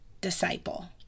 disciple